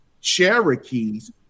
Cherokees